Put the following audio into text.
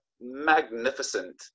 magnificent